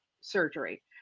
surgery